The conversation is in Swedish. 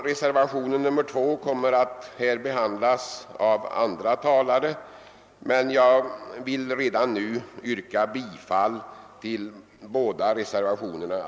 Reservationen 2 kommer här att behandlas av andra talare, men jag vill ändå redan nu yrka bifall till båda reservationerna.